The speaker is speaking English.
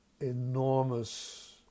enormous